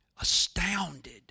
astounded